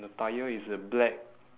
the tyre is a black